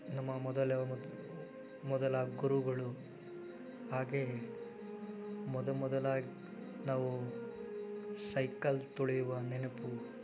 ನಮ್ಮ ಮೊದಲು ಮೊದಲ ಗುರುಗಳು ಹಾಗೆಯೇ ಮೊದಮೊದಲ ನಾವು ಸೈಕಲ್ ತುಳಿಯುವ ನೆನಪು